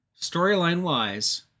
storyline-wise